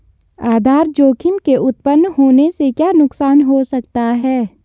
आधार जोखिम के उत्तपन होने से क्या नुकसान हो सकता है?